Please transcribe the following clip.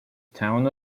town